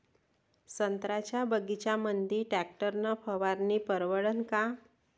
संत्र्याच्या बगीच्यामंदी टॅक्टर न फवारनी परवडन का?